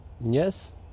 Yes